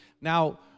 Now